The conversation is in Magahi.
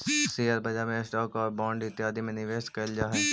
शेयर बाजार में स्टॉक आउ बांड इत्यादि में निवेश कैल जा हई